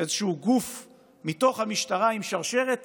איזשהו גוף מתוך המשטרה, עם שרשרת